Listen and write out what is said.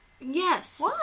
Yes